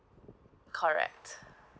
correct